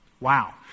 Wow